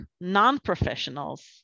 non-professionals